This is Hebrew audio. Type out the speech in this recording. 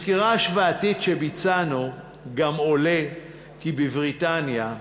מסקירה השוואתית שעשינו גם עולה כי בבריטניה,